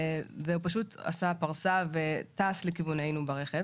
והוא פשוט עשה פרסה וטס לכיוונינו לרכב